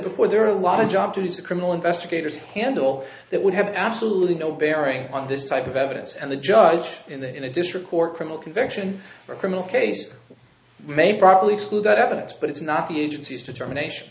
before there are a lot of job duties the criminal investigators handle that would have absolutely no bearing on this type of evidence and the judge in a district court criminal conviction for a criminal case may probably exclude that evidence but it's not the agency's determination